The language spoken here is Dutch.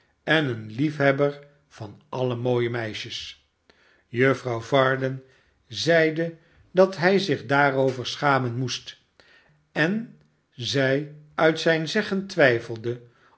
en een liefhebber van alle raooie meisjes juffrouw varden zeide dat hij zich daarover schamen moest en zij uit zijn zeggen twijfelde